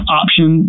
option